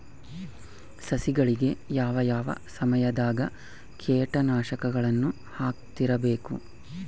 ಸಸಿಗಳಿಗೆ ಯಾವ ಯಾವ ಸಮಯದಾಗ ಕೇಟನಾಶಕಗಳನ್ನು ಹಾಕ್ತಿರಬೇಕು?